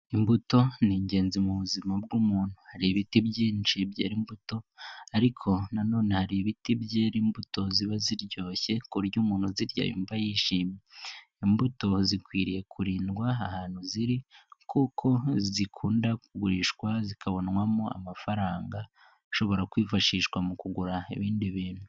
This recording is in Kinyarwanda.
Imbuto ni ingenzi mu buzima bw'umuntu, hari ibiti byinshi byera imbuto ariko nanone hari ibiti byera imbuto ziba ziryoshye ku buryo umuntu zirya imva yishimye. Imbuto zikwiriye kurindwa ahantu ziri kuko zikunda kugurishwa zikavamo amafaranga ashobora kwifashishwa mu kugura ibindi bintu.